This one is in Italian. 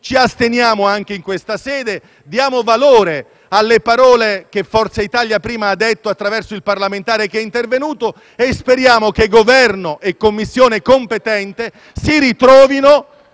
Ci asteniamo anche in questa sede e diamo valore alle parole venute dal Gruppo Forza Italia, attraverso il parlamentare che è intervenuto, e speriamo che Governo e Commissione competente si ritrovino.